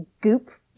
goop